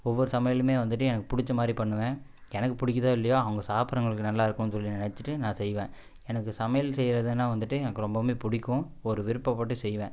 ஒவ்வொரு சமையலுமே வந்துட்டு எனக்கு பிடிச்ச மாதிரி பண்ணுவேன் எனக்கு பிடிக்கிதோ இல்லையோ அவங்க சாப்புடுறவங்களுக்கு நல்லா இருக்கணும் சொல்லி நினச்சிட்டு நான் செய்வேன் எனக்கு சமையல் செய்கிறதுனா வந்துட்டு எனக்கு ரொம்பவுமே பிடிக்கும் ஒரு விருப்பப்பட்டு செய்வேன்